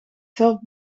zelf